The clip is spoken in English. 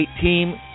Team